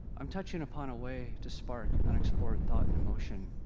i'm touching upon a way to spark and explore thought and emotion,